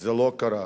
זה לא קרה.